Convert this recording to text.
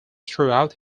throughout